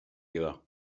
iddo